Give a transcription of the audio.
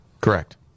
Correct